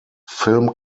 film